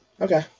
Okay